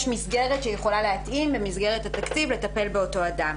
מסגרת שיכולה להתאים במסגרת התקציב לטפל באותו אדם.